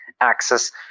access